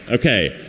ok.